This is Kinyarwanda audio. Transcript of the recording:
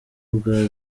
bwa